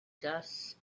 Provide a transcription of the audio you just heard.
dust